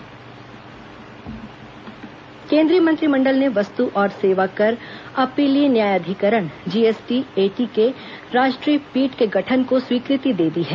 GST पीठ गठन केन्द्रीय मंत्रिमंडल ने वस्तु और सेवा कर अपीलीय न्यायाधिकरण जीएस टी एटी के राष्ट्रीय पीठ के गठन को स्वीकृति दे दी है